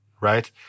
right